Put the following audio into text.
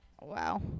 Wow